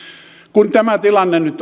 kun tämä tilanne nyt